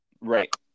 Right